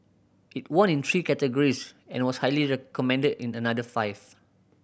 it won in three categories and was highly recommended in another five